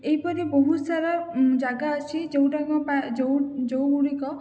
ଏହିପରି ବହୁତ୍ ସାରା ଜାଗା ଅଛି ଯୋଉଁଟାକ ପା ଯେଉଁ ଯେଉଁ ଗୁଡ଼ିକ